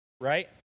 Right